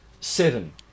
seven